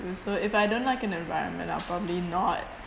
so if I don't like an environment I will probably not